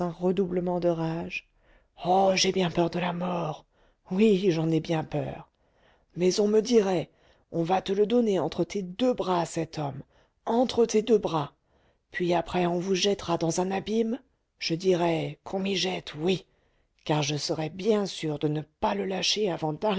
redoublement de rage oh j'ai bien peur de la mort oui j'en ai bien peur mais on me dirait on va te le donner entre tes deux bras cet homme entre tes deux bras puis après on vous jettera dans un abîme je dirais qu'on m'y jette oui car je serais bien sûr de ne pas le lâcher avant